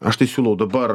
aš tai siūlau dabar